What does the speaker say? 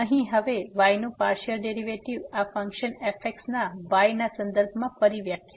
તેથી અહીં હવે y નું પાર્સીઅલ ડેરીવેટીવ આ ફંક્શન fx ના y ના સંદર્ભમાં ફરીથી વ્યાખ્યા